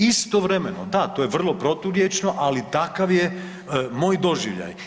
Istovremeno, da to je vrlo proturječno, ali takav je moj doživljaj.